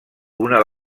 una